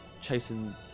chasing